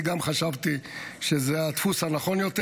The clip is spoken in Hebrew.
אני גם חשבתי שזה הדפוס הנכון יותר.